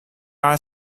are